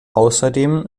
außerdem